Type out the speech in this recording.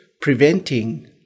preventing